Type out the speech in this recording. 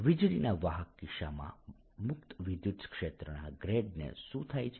વીજળીના વાહકના કિસ્સામાં મુક્ત વિદ્યુત ક્ષેત્રના ગ્રેડ ને શું થાય છે